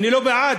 אני לא בעד,